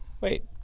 Wait